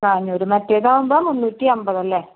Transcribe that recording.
നാനൂറ് മറ്റേതാവുമ്പം മുന്നൂറ്റി അമ്പത് അല്ലേ